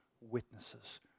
witnesses